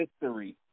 history